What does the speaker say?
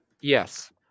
Yes